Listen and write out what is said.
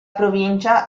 provincia